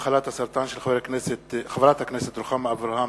התש"ע 2010, מאת חברי הכנסת דב חנין,